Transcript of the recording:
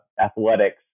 athletics